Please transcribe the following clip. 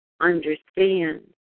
understand